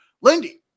Lindy